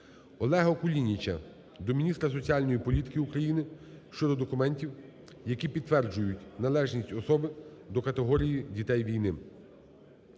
Олега Кулініча до міністра соціальної політики України щодо документів, які підтверджують належність особи до категорії дітей війни.